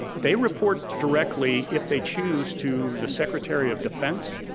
they report directly, if they choose, to the secretary of defense,